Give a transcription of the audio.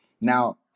Now